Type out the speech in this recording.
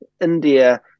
India